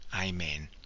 Amen